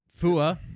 Fua